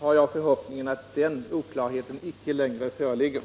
jag att den nu har skingrats.